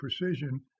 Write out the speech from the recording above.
precision